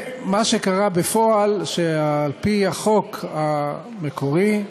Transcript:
מה שקרה בפועל, שעל-פי החוק המקורי,